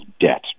debt